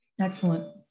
excellent